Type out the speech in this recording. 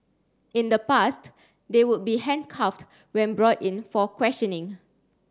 in the past they would be handcuffed when brought in for questioning